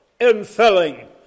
infilling